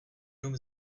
rum